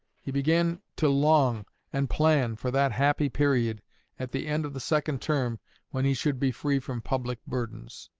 he began to long and plan for that happy period at the end of the second term when he should be free from public burdens.